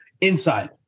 inside